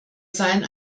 sein